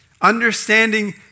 understanding